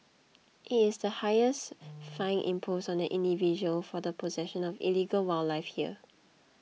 it is the highest fine imposed on an individual for the possession of illegal wildlife here